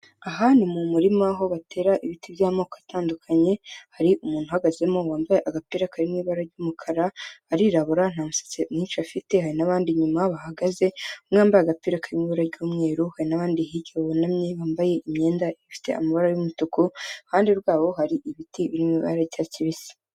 Aha ni mu murima aho batera ibiti by'amoko atandukanye, hari umuntu uhagazemo wambaye agapira karimo ibara ry'umukara arirabura nta musatsi mwinshi afite, hari n'abandi inyuma bahagaze umwe yambaye agapira kari mu ibara ry'umweru, hari n'abandi hirya bunamye bambaye imyenda ifite amabara y'umutuku iruhande rwabo hari ibiti biri mwibara ry’icyatsi kibisi.